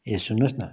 ए सुन्नुहोस् न